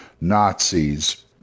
Nazis